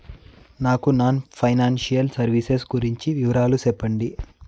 నాకు non financial services గురించి వివరాలు సెప్పండి?